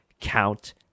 count